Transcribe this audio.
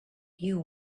you